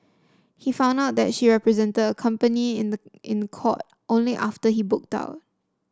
he found out that she represented the company in the in the court only after he booked out